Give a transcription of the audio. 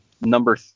number